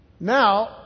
Now